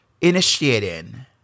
initiating